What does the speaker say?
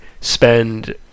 spend